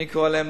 אני קורא להם